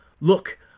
Look